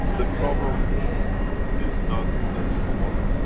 the problem is not any more,